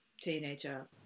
teenager